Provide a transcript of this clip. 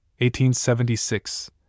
1876